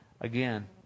again